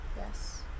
Yes